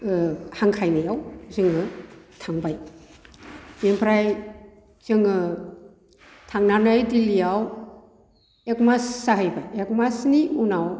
हांख्राइनायाव जोङो थांबाय बेनिफ्राय जोङो थांनानै दिल्लीआव एक मास जाहैबाय एक मासनि उनाव